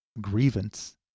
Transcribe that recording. grievance